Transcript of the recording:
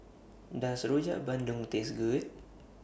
Does Rojak Bandung Taste Good